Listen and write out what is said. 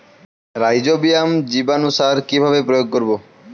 Rhizobium জীবানুসার কিভাবে প্রয়োগ করব?